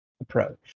approach